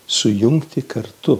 sujungti kartu